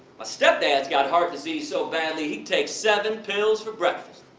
my step-dad's got heart disease so badly he takes seven pills for breakfast.